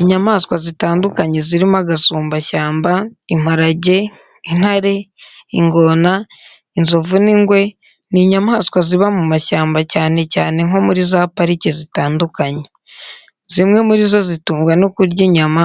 Inyamaswa zitandukanye zirimo agasumbashyamba, imparage, intare, ingona, inzovu n'ingwe ni inyamaswa ziba mu mashyamba cyane cyane nko muri za parike zitandukanye. Zimwe muri zo zitungwa no kurya inyama